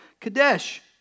Kadesh